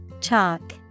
Chalk